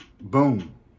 Boom